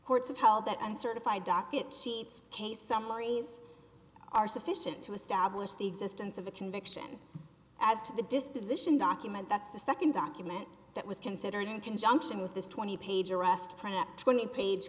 i'm certified docket sheets case summaries are sufficient to establish the existence of a conviction as to the disposition document that's the second document that was considered in conjunction with this twenty page arrest prep twenty page